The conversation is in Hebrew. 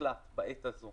הוחלט בעת הזו